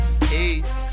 Peace